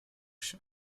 się